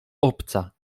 obca